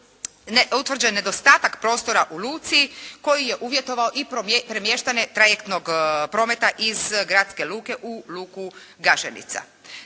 utvrđen nedostatak prostora u luci koji je uvjetovao i premještanje trajektnog prometa iz gradske luke u luku Gaženica.